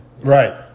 Right